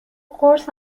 قرص